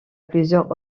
plusieurs